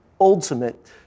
ultimate